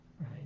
right